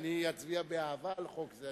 אצביע באהבה על חוק זה,